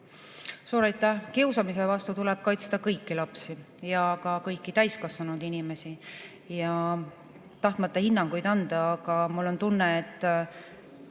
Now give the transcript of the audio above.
Suur aitäh! Kiusamise eest tuleb kaitsta kõiki lapsi ja ka kõiki täiskasvanud inimesi. Ma ei taha hinnanguid anda, aga mul on tunne, et